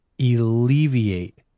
alleviate